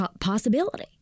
possibility